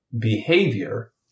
behavior